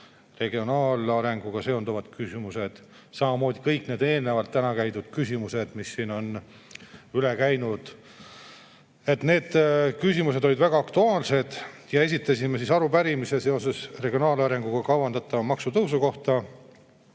regionaalarenguga seonduvad küsimused, samamoodi kõik need eelnevalt täna kõne all olnud küsimused, mis siin on üle käidud. Need küsimused olid väga aktuaalsed ja me esitasime arupärimise regionaalarenguga seoses kavandatava maksutõusu kohta.